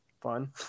fun